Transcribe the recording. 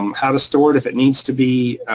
um how to store it if it needs to be,